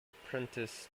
apprenticed